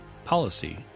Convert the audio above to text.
policy